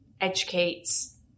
educates